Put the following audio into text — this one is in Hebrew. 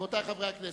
רבותי חברי הכנסת,